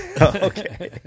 okay